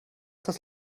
das